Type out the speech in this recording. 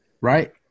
right